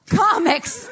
comics